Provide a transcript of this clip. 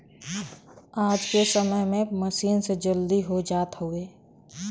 आज के समय में मसीन से जल्दी हो जात हउवे